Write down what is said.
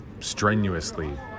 strenuously